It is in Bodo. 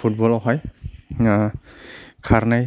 फुटबलावहाय खारनाय